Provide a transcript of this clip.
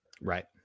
Right